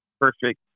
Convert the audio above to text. perfect